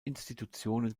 institutionen